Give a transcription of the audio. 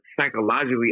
psychologically